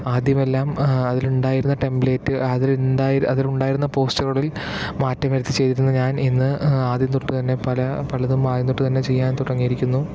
ആദ്യമെല്ലാം അതിലുണ്ടായിരുന്ന ടെമ്പ്ലേറ്റ് അതിലിണ്ട അതിലുണ്ടായിരുന്ന പോസ്റ്ററുകളിൽ മാറ്റം വരുത്തി ചെയ്തിരുന്ന ഞാൻ ഇന്ന് ആദ്യം തൊട്ടു തന്നെ പല പലതും ആദ്യം തൊട്ടു തന്നെ ചെയ്യാൻ തുടങ്ങിയിരിക്കുന്നു